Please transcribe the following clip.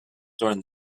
during